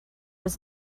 was